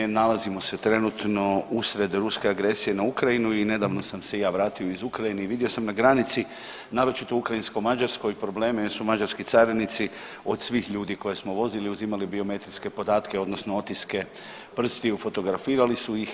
Nalazimo se trenutno usred ruske agresije na Ukrajinu i nedavno sam se i ja vratio iz Ukrajine i vidio sam na granici, naročito ukrajinsko-mađarskoj, probleme jer su mađarski carinici od svih ljudi koje smo vozili uzimali biometrijske podatke odnosno otiske prstiju i fotografirali su ih.